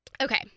okay